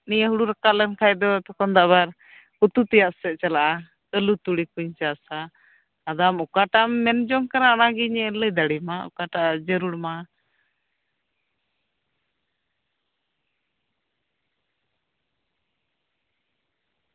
ᱱᱤᱭᱟᱹ ᱦᱩᱲᱩ ᱨᱟᱠᱟᱵ ᱞᱮᱱᱠᱷᱟᱡ ᱛᱚᱠᱷᱚᱱ ᱫᱚ ᱟᱵᱟᱨ ᱩᱛᱩ ᱛᱮᱫ ᱪᱟᱞᱟᱜᱼᱟ ᱟᱞᱩ ᱛᱩᱲᱤ ᱠᱩᱧ ᱪᱟᱥᱟ ᱟᱫᱚ ᱟᱢ ᱚᱠᱟᱴᱟᱜ ᱮᱢ ᱢᱮᱱ ᱡᱚᱝ ᱠᱟᱱᱟ ᱚᱱᱟᱜᱤᱧ ᱞᱟᱹᱭ ᱫᱟᱲᱮᱣᱟᱢᱟ ᱚᱠᱟᱴᱟᱜ ᱡᱟᱹᱨᱩᱲᱟᱢᱟ